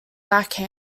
backhand